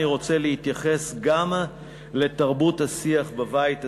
אני רוצה להתייחס גם לתרבות השיח בבית הזה,